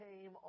came